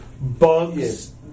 bugs